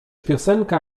piosenka